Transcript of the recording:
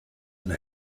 and